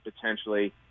potentially